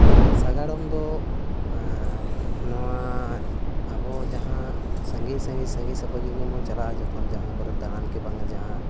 ᱥᱟᱸᱜᱟᱲᱚᱢ ᱫᱚ ᱱᱚᱣᱟ ᱟᱵᱚ ᱡᱟᱦᱟᱸ ᱥᱟᱺᱜᱤᱧ ᱥᱟᱺᱜᱤᱧ ᱥᱟᱺᱜᱤᱧ ᱥᱟᱯᱟᱹᱜᱤᱧ ᱵᱚᱱ ᱪᱟᱞᱟᱜᱼᱟ ᱡᱚᱠᱷᱚᱱ ᱡᱟᱦᱟᱸ ᱠᱚᱨᱮᱜ ᱫᱟᱲᱟᱱ ᱠᱤ ᱵᱟᱝ ᱟ ᱡᱟᱦᱟᱸ